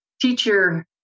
Teacher